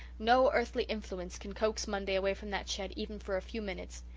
no earthly influence can coax monday away from that shed even for a few minutes.